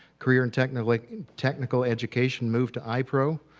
career and technically technical education moved to ipro.